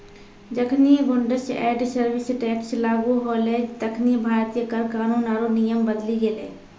जखनि goods and service tax लागू होलै तखनि भारतीय कर कानून आरु नियम बदली गेलै